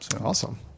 Awesome